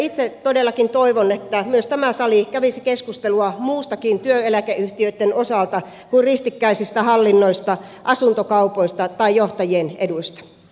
itse todellakin toivon että myös tämä sali kävisi keskustelua muustakin työeläkeyhtiöitten osalta kuin ristikkäisistä hallinnoista asuntokaupoista tai johtajien eduista